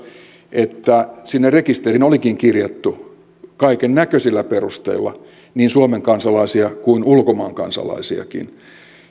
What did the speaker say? että sinne rekisteriin olikin kirjattu kaikennäköisillä perusteilla niin suomen kansalaisia kuin ulkomaan kansalaisiakin